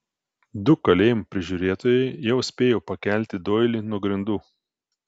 du kalėjimo prižiūrėtojai jau spėjo pakelti doilį nuo grindų